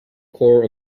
core